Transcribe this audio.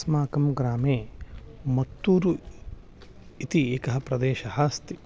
अस्माकं ग्रामे मत्तुरु इति एकः प्रदेशः अस्ति